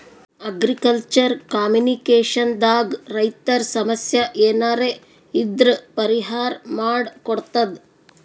agriculture communication ದಾಗ್ ರೈತರ್ ಸಮಸ್ಯ ಏನರೇ ಇದ್ರ್ ಪರಿಹಾರ್ ಮಾಡ್ ಕೊಡ್ತದ್